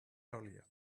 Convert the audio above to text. earlier